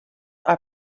are